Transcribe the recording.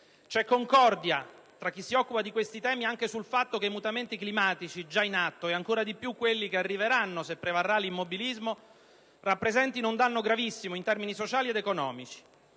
C'è concordia tra chi si occupa di questi temi anche sul fatto che i mutamenti climatici già in atto, e ancora di più quelli che arriveranno, se prevarrà l'immobilismo, rappresentino un danno gravissimo in termini sociali ed economici.